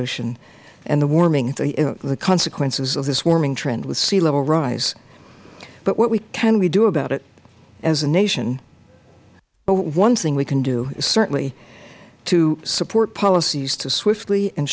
ocean and the warming the consequences of this warming trend with sea level rise but what can we do about it as a nation well one thing we can do is certainly to support policies to swiftly and